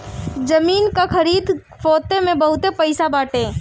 जमीन कअ खरीद फोक्त में बहुते पईसा बाटे